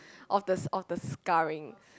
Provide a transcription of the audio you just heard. of the of the scarring